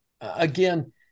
again